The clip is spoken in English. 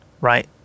right